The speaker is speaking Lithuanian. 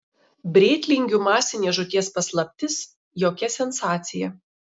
brėtlingių masinės žūties paslaptis jokia sensacija